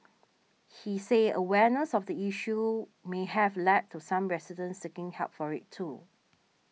he said awareness of the issue may have led to some residents seeking help for it too